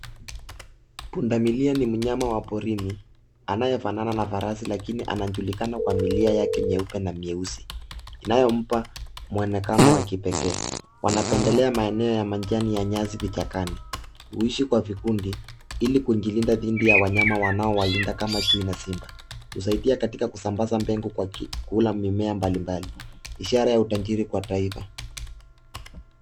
Pundamilia ni mnyama wa porini anayefanana na farasi lakini anajulikana kwa milia yake mieupe na mieusi inayompaa muonekano wa kipekee. Wanapendelea maeneo ya majani ya nyasi vichakani. Huishi kwa vikundi ili kujilinda dhidi ya wanyama wanaowawinda kama chui na simba. Husaidia katika kusambaza mbegu kwa kula mimea mbalimbali ishara ya utajiri kwa taifa.